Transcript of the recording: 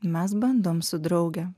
mes bandom su drauge